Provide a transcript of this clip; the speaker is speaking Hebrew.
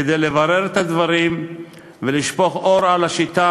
כדי לברר את הדברים ולשפוך אור על השיטה